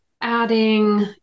adding